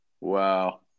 Wow